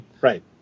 Right